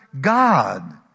God